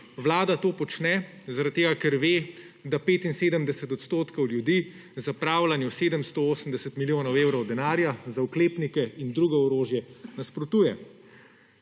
Vlada to počne zaradi tega, ker ve, da 75 % ljudi zapravljanju 780 milijonov evrov denarja za oklepnike in drugo orožje nasprotuje